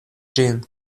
ĝin